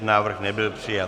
Návrh nebyl přijat.